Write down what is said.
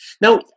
Now